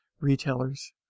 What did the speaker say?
retailers